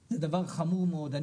זה דבר חמור מאוד,